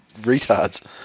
retards